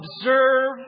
observe